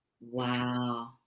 Wow